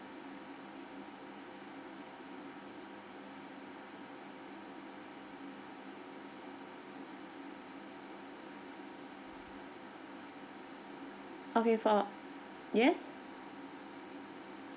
okay for yes